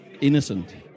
innocent